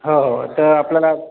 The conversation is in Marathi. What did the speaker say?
हो हो तर आपल्याला